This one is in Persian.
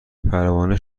پروانه